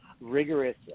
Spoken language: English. rigorous